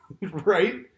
Right